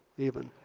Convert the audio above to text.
even.